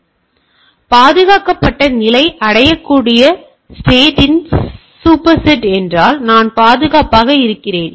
எனவே பாதுகாக்கப்பட்ட நிலை அடையக்கூடிய ஸ்டேட் இன் சூப்பர்செட் என்றால் நான் பாதுகாப்பாக இருக்கிறேன்